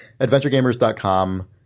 adventuregamers.com